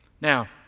Now